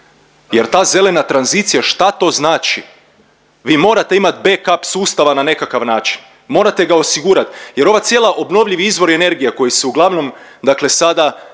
Jer ta zelena tranzicija šta to znači? Vi morate imat back up na nekakav način, morate ga osigurat jer ova cijela obnovljivi izvori energije koji se uglavnom dakle